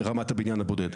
ברמת הבניין הבודד.